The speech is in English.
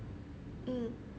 mm